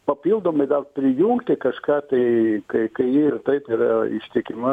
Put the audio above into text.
papildomai gal prijungti kažką tai kai kai ji ir taip yra ištikima